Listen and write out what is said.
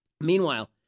meanwhile